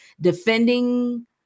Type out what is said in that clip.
defending